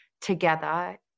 together